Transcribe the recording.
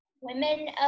Women